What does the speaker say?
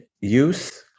use